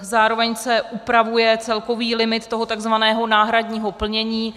Zároveň se upravuje celkový limit takzvaného náhradního plnění.